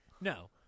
no